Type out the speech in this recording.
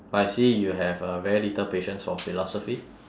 but I see you have uh very little patience for philosophy